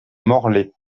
morlaix